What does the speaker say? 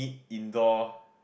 indoor